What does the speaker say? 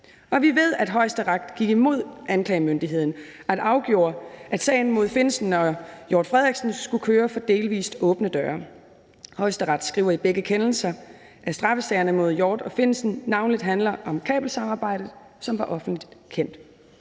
Og vi ved, at Højesteret gik imod anklagemyndigheden og afgjorde, at sagen mod Lars Findsen og Claus Hjort Frederiksen skulle køre for delvis åbne døre. Højesteret skriver i begge kendelser, at straffesagerne mod Claus Hjort Frederiksen og Lars Findsen navnlig handler om kabelsamarbejdet, som var offentligt kendt.